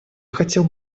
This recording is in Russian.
хотел